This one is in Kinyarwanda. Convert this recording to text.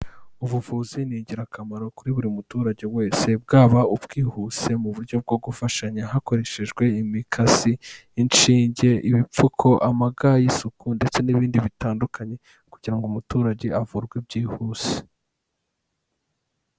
Ubuvuzi ni ingirakamaro kuri buri muturage wese bwaba ubwihuse mu buryo bwo gufashanya hakoreshejwe imikasi, inshinge, ibipfuko, amaga y'isuku ndetse n'ibindi bitandukanye kugira ngo umuturage avurwe byihuse.